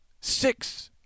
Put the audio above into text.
Six